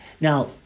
Now